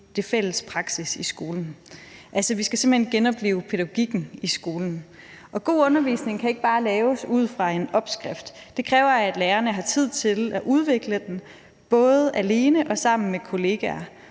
den fælles praksis i skolen, altså skal vi simpelt hen genoplive pædagogikken i skolen. God undervisning kan ikke bare laves ud fra en opskrift. Det kræver, at lærerne har tid til at udvikle den, både alene og sammen med kollegaer,